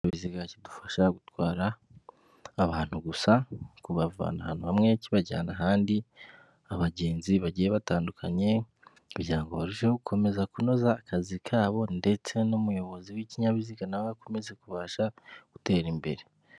Ikinyabiziga kidufasha gutwara abantu gusa kubavana ahantu hamwe kibajyana ahandi, abagenzi bagiye batandukanye kugira ngo barusheho gukomeza kunoza akazi kabo ndetse n'umuyobozi w'ikinyabiziga nawe akomeza kubasha gutera imbere.